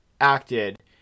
acted